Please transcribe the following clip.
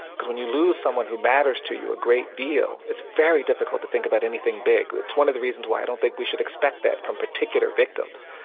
because when you lose someone who matters to you a great deal, it's very difficult to think about anything big. it's one of the reasons why i don't think we should expect that from particular victims.